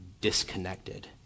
disconnected